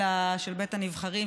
של בית הנבחרים,